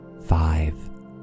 five